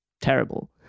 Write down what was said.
terrible